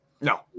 No